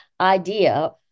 idea